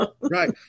Right